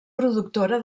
productora